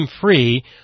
free